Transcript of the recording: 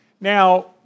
Now